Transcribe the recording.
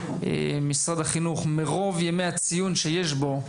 משרד החינוך, מרוב ימי הציון שיש בו,